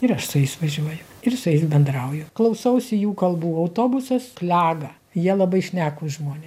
ir aš su jais važiuoju ir su jais bendrauju klausausi jų kalbų autobusas klega jie labai šnekūs žmonė